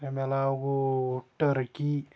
امہِ عَلاو گوٚو ٹرکی